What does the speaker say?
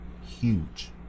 huge